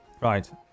right